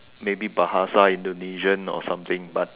maybe bahasa Indonesian or something but